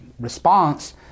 response